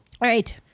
right